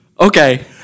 okay